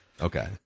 Okay